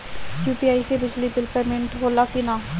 UPI से बिजली bill payment होला कि न?